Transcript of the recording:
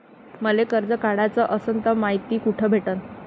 मले कर्ज काढाच असनं तर मायती कुठ भेटनं?